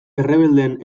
errebeldeen